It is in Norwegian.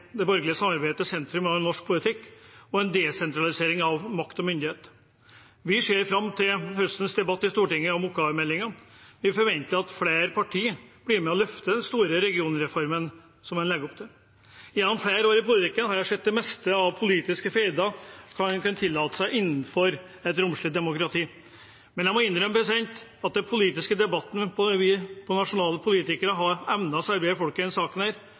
det borgerlige samarbeidet til sentrum av norsk politikk og til en desentralisering av makt og myndighet. Vi ser fram til høstens debatt i Stortinget om oppgavemeldingen. Vi forventer at flere partier blir med og løfter den store regionreformen som en legger opp til. Gjennom flere år i politikken har jeg sett det meste av politiske feider og hva en kan tillate seg innenfor et romslig demokrati, men jeg må innrømme at den politiske debatten vi nasjonale politikere har evnet å servere folket i denne saken,